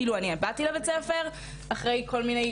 כאילו אני באתי לבית ספר אחרי כל מיני